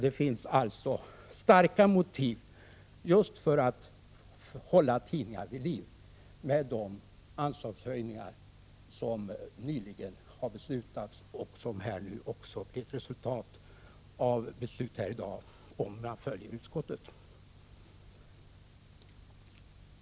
Det finns alltså starka motiv, just för att hålla tidningarna vid liv, för de anslagshöjningar som nyligen beslutats och som också blir ett resultat av beslutet här i dag, om riksdagen följer utskottet.